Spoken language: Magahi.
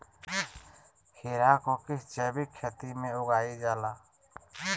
खीरा को किस जैविक खेती में उगाई जाला?